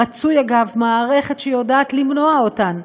רצוי, אגב, מערכת שיודעת למנוע אותן.